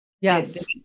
Yes